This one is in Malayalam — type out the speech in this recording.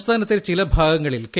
സംസ്ഥാനത്തെ ചില ഭാഗങ്ങളിൽ കെ